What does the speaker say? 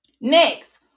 next